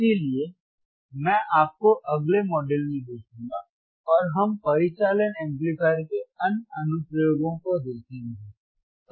इसलिए मैं आपको अगले मॉड्यूल में देखूंगा और हम परिचालन एम्पलीफायर के अन्य अनुप्रयोगों को देखेंगे